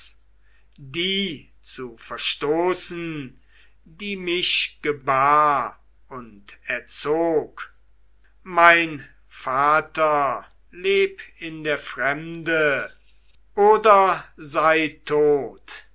die zu verstoßen die mich gebar und erzog mein vater leb in der fremde oder sei tot